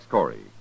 Corey